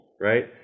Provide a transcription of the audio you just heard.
right